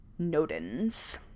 Nodens